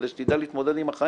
כדי שתדע להתמודד עם החיים.